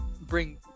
Bring